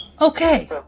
Okay